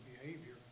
behavior